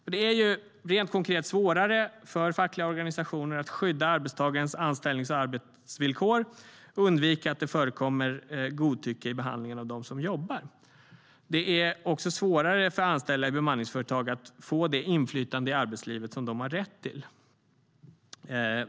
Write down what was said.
Det är rent konkret svårare för fackliga organisationer att skydda arbetstagarens anställnings och arbetsvillkor och undvika att det förekommer godtycke i behandlingen av dem som jobbar. Det är också svårare för anställda i bemanningsföretag att få det inflytande i arbetslivet som de har rätt till.